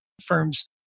firms